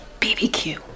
BBQ